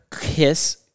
Kiss